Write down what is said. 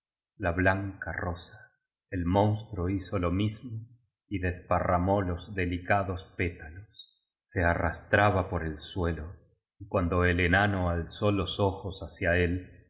la blanca rosa el monstruo hizo lo mismo y desparramó los de licados petalos se arrastraba por el suelo y cuando el enano alzólos ojos hacia él le